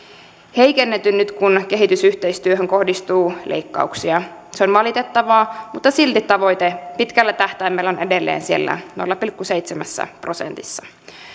heikennetyn kun kehitysyhteistyöhön kohdistuu leikkauksia se on valitettavaa mutta silti tavoite pitkällä tähtäimellä on edelleen siellä nolla pilkku seitsemässä prosentissa